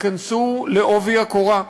תיכנסו בעובי הקורה.